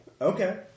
Okay